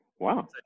Wow